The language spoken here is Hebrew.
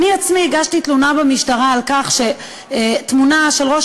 אני עצמי הגשתי תלונה במשטרה על כך שתמונה של ראש